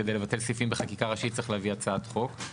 כדי לבטל סעיפים בחקיקה ראשית צריך להביא הצעת חוק.